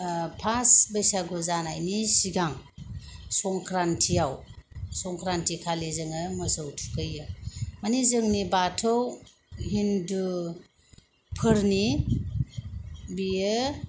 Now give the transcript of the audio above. fast Bwisagu जानायनि सिगां संख्रानन्थियाव संख्रान्थिखालि जोङो मोसौ थुखैयो मानि जोंनि बाथौ हिन्दुफोरनि बियो